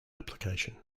application